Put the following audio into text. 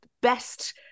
Best